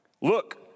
look